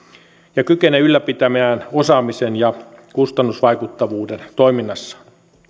ja kykenee ylläpitämään osaamisen ja kustannusvaikuttavuuden toiminnassaan